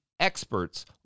Experts